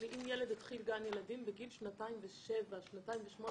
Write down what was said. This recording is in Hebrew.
היא אם ילד התחיל גן ילדים בגיל שנתיים ושבעה חודשים,